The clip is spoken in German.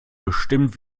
bestimmt